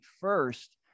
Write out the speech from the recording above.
first